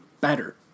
better